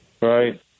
Right